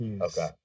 Okay